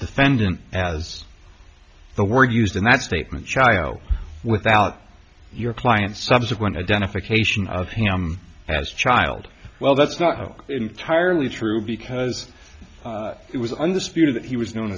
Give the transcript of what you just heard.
defendant as the word used in that statement child without your client's subsequent identification of him as child well that's not entirely true because it was undisputed that he was known